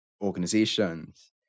organizations